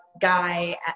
guy